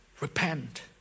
repent